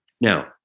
Now